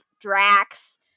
Drax